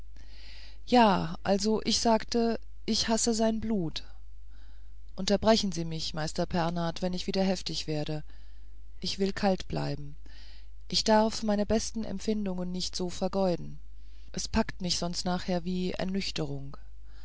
ja also ich sagte ich hasse sein blut unterbrechen sie mich meister pernath wenn ich wieder heftig werde ich will kalt bleiben ich darf meine besten empfindungen nicht so vergeuden es packt mich sonst nachher wie ernüchterung